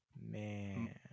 Man